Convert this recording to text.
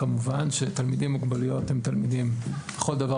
מובן שתלמידים עם מוגבלויות הם תלמידים לכל דבר